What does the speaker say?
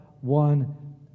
one